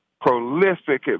prolific